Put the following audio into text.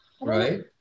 Right